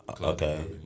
okay